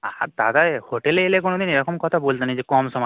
আর দাদা হোটেলে এলে কোনোদিন এরকম কথা বলবে না যে কম সময়